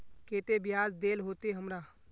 केते बियाज देल होते हमरा?